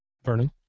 Vernon